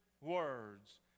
words